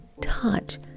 touch